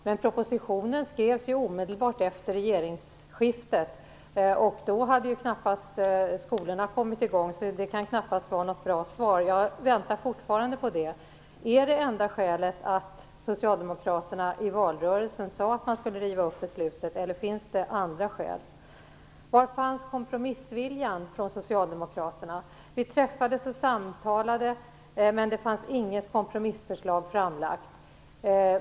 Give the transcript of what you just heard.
Men propositionen skrevs ju omedelbart efter regeringsskiftet, och då hade skolorna knappast kommit i gång, så det kan inte vara något bra svar. Jag väntar fortfarande på ett svar. Är det enda skälet att socialdemokraterna i valrörelsen sade att de skulle riva upp beslutet, eller finns det andra skäl? Var fanns kompromissviljan från socialdemokraterna? Vi träffades och samtalade, men det fanns inget kompromissförslag framlagt.